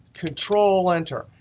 control enter,